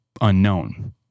unknown